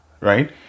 right